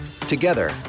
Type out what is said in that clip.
Together